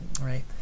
right